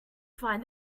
find